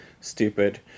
stupid